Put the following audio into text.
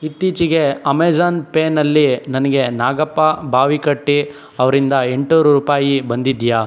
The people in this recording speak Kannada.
ಇತ್ತೀಚಿಗೆ ಅಮೆಝನ್ ಪೇನಲ್ಲಿ ನನಗೆ ನಾಗಪ್ಪ ಬಾವಿಕಟ್ಟೆ ಅವರಿಂದ ಎಂಟುನೂರು ರೂಪಾಯಿ ಬಂದಿದೆಯಾ